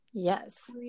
yes